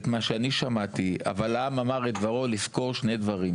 מהמצב הרצוי.